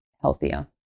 healthier